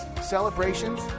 celebrations